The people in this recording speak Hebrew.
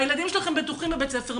הילדים שלכם בטוחים בבתי הספר.